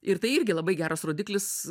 ir tai irgi labai geras rodiklis